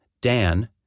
Dan